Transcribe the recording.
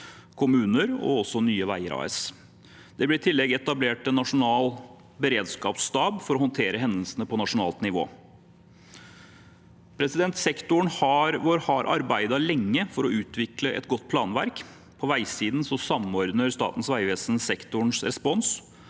kommuner og også Nye veier AS. Det ble i tillegg etablert en nasjonal beredskapsstab for å håndtere hendelsene på nasjonalt nivå. Sektoren vår har arbeidet lenge for å utvikle et godt planverk. På veisiden samordner Statens vegvesen sektorens respons.